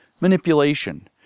manipulation